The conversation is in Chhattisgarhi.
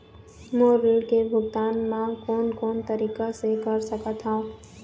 मोर ऋण के भुगतान म कोन कोन तरीका से कर सकत हव?